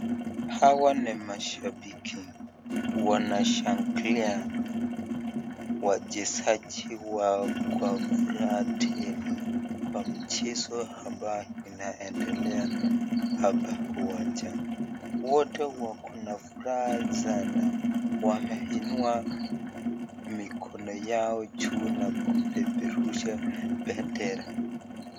Hawa ni mashabiki wanashangilia wachezaji wa kwa furaha tele kwa mchezo ambaye inaendelea hapa uwanjani wote wako na furaha sana wameinua mikono Yao juu na kubeberusha bendera.